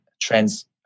trends